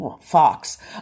Fox